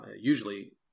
usually